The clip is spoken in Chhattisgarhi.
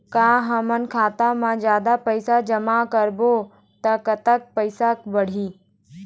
का हमन खाता मा जादा पैसा जमा करबो ता कतेक पैसा बढ़ही?